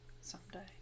Someday